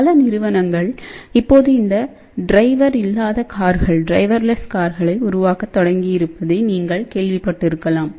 பல நிறுவனங்கள் இப்போது இந்த ஓட்டுனர் இல்லாத கார்களை உருவாக்கத் தொடங்கியிருப்பதை நீங்கள் கேள்விப்பட்டிருக்கலாம்